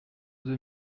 deux